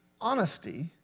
honesty